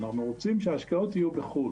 אנחנו רוצים שההשקעות יהיו בחו"ל.